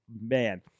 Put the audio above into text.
Man